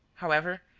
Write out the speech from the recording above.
however,